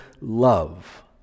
love